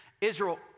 Israel